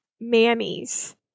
mammies